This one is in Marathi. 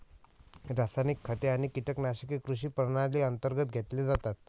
रासायनिक खते आणि कीटकनाशके कृषी प्रणाली अंतर्गत घेतले जातात